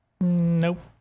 nope